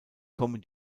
kommen